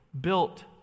built